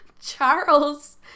Charles